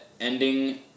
ending